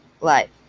life